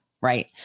right